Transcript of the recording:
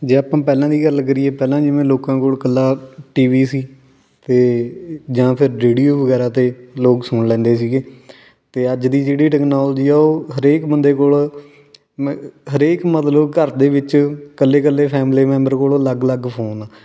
ਜੇ ਆਪਾਂ ਪਹਿਲਾਂ ਦੀ ਗੱਲ ਕਰੀਏ ਪਹਿਲਾਂ ਜਿਵੇਂ ਲੋਕਾਂ ਕੋਲ ਇਕੱਲਾ ਟੀ ਵੀ ਸੀ ਅਤੇ ਜਾਂ ਫਿਰ ਰੇਡੀਓ ਵਗੈਰਾ 'ਤੇ ਲੋਕ ਸੁਣ ਲੈਂਦੇ ਸੀਗੇ ਅਤੇ ਅੱਜ ਦੀ ਜਿਹੜੀ ਟੈਕਨੋਲਜੀ ਆ ਉਹ ਹਰੇਕ ਬੰਦੇ ਕੋਲ ਮ ਹਰੇਕ ਮਤਲਬ ਘਰ ਦੇ ਵਿੱਚ ਇਕੱਲੇ ਇਕੱਲੇ ਫੈਮਲੀ ਮੈਂਬਰ ਕੋਲ ਅਲੱਗ ਅਲੱਗ ਫੋਨ